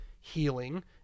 healing